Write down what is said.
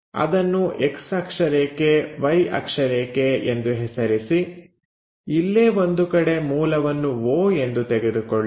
ಅದನ್ನು X ಅಕ್ಷರೇಖೆ Y ಅಕ್ಷರೇಖೆ ಎಂದು ಹೆಸರಿಸಿ ಇಲ್ಲೇ ಒಂದು ಕಡೆ ಮೂಲವನ್ನು 0 ಎಂದು ತೆಗೆದುಕೊಳ್ಳಿ